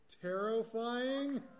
Terrifying